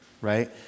right